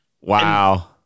Wow